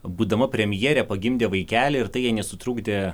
būdama premjere pagimdė vaikelį ir tai jai nesutrukdė